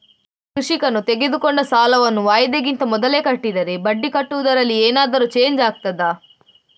ಕೃಷಿಕನು ತೆಗೆದುಕೊಂಡ ಸಾಲವನ್ನು ವಾಯಿದೆಗಿಂತ ಮೊದಲೇ ಕಟ್ಟಿದರೆ ಬಡ್ಡಿ ಕಟ್ಟುವುದರಲ್ಲಿ ಏನಾದರೂ ಚೇಂಜ್ ಆಗ್ತದಾ?